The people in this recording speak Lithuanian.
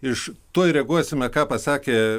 iš tuoj reaguosime ką pasakė